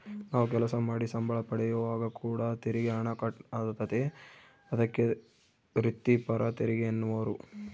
ನಾವು ಕೆಲಸ ಮಾಡಿ ಸಂಬಳ ಪಡೆಯುವಾಗ ಕೂಡ ತೆರಿಗೆ ಹಣ ಕಟ್ ಆತತೆ, ಅದಕ್ಕೆ ವ್ರಿತ್ತಿಪರ ತೆರಿಗೆಯೆನ್ನುವರು